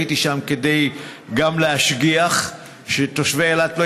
הייתי שם גם כדי להשגיח שתושבי אילת לא